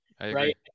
right